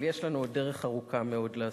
אבל יש לנו עוד דרך ארוכה מאוד לעשות.